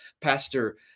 Pastor